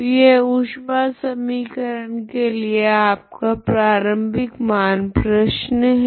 तो यह ऊष्मा समीकरण के लिए आपकी प्रारम्भिक मान प्रश्न है